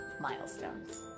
milestones